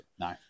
No